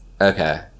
okay